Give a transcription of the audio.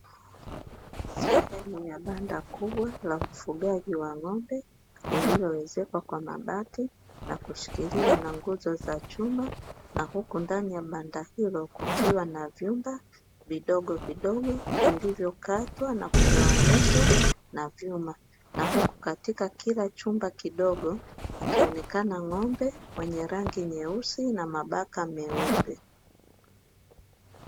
Sehemu ya banda kubwa la mfugaji wa ng'ombe lililoezekwa kwa mabati, na kushikiliwa na nguzo za chuma na huku ndani ya banda hilo, kukiwa na vyumba vidogovidogo vilivyokatwa na kugawanishwa na vyuma, na huku katika kila chumba kidogo akionekana ng'ombe mwenye rangi nyeusi na mabaka meupe.